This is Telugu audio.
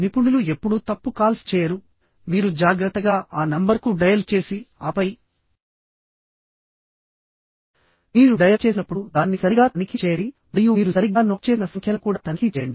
నిపుణులు ఎప్పుడూ తప్పు కాల్స్ చేయరు మీరు జాగ్రత్తగా ఆ నంబర్కు డయల్ చేసిఆపై మీరు డయల్ చేసినప్పుడు దాన్ని సరిగ్గా తనిఖీ చేయండి మరియు మీరు సరిగ్గా నోట్ చేసిన సంఖ్యలను కూడా తనిఖీ చేయండి